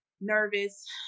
nervous